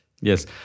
Yes